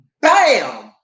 bam